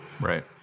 Right